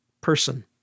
person